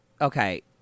Okay